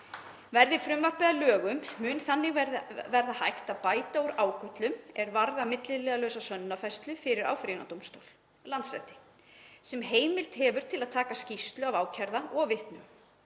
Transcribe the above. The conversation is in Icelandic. Verði frumvarpið að lögum mun þannig verða hægt að bæta úr ágöllum er varða milliliðalausa sönnunarfærslu fyrir áfrýjunardómstól, Landsrétti, sem heimild hefur til að taka skýrslu af ákærða og vitnum.